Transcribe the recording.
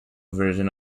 version